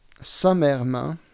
sommairement